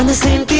and same